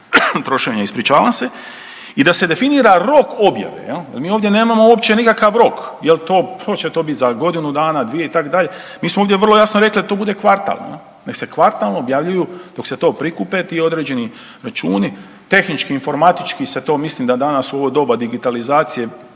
trošenja, ispričavam se i da se definira rok objave, jel, jer mi ovdje nemamo uopće nikakav rok, jel će to bit za godinu dana, dvije itd., mi smo vrlo jasno rekli da to bude kvartalno, ne, da se kvartalno objavljuju, dok se to prikupe ti određeni računi, tehnički, informatički se to mislim da dana u ovo doba digitalizacije,